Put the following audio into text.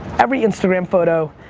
every instagram photo,